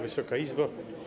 Wysoka Izbo!